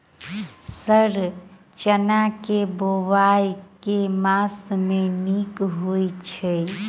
Sir चना केँ बोवाई केँ मास मे नीक होइ छैय?